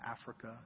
Africa